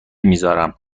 میزارم